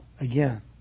again